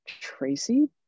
Tracy